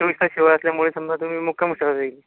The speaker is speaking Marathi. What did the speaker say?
चोवीस तास सेवा असल्यामुळे समजा तुम्ही मुक्काम केला जाईल